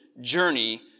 journey